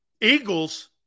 Eagles